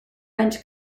rent